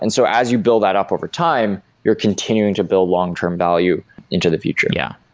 and so as you build that up over time, you're continuing to build long-term value into the future. yeah,